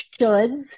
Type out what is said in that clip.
shoulds